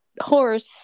horse